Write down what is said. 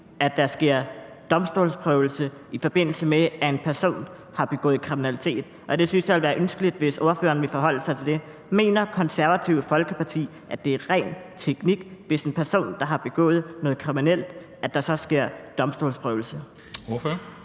at der sker domstolsprøvelse, i forbindelse med at en person har begået kriminalitet, og jeg synes, det ville være ønskeligt, hvis ordføreren ville forholde sig til det. Mener Det Konservative Folkeparti, at det er ren teknik, at der, hvis en person har begået noget kriminelt, så sker en domstolsprøvelse?